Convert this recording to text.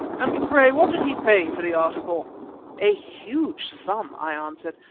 and pray what did he pay for the article a huge sum, i answered.